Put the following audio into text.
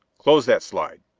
close that slide.